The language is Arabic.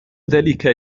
ذلك